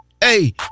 hey